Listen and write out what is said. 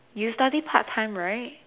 you study part time right